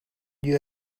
you